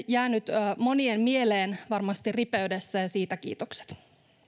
jäänyt monien mieleen ripeydessään ja siitä kiitokset